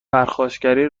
پرخاشگری